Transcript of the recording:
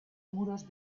muros